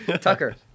Tucker